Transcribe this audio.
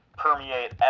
Permeate